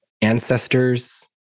ancestors